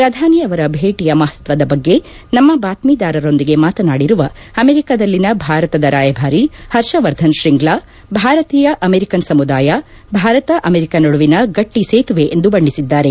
ಶ್ರಧಾನಿ ಅವರ ಭೇಟಯ ಮಹತ್ವದ ಬಗ್ಗೆ ನಮ್ನ ಬಾತ್ತೀದಾರರೊಂದಿಗೆ ಮಾತನಾಡಿರುವ ಅಮೆರಿಕದಲ್ಲಿನ ಭಾರತದ ರಾಯಭಾರಿ ಹರ್ಷವರ್ಧನ್ ತ್ರಿಂಗ್ಲಾ ಭಾರತೀಯ ಅಮೆರಿಕನ್ ಸಮುದಾಯ ಭಾರತ ಅಮೆರಿಕ ನಡುವಿನ ಗಟ್ಟ ಸೇತುವೆ ಎಂದು ಬಣ್ಣಿಸಿದ್ದಾರೆ